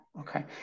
okay